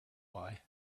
why